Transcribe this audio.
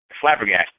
flabbergasted